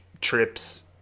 trips